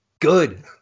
Good